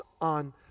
on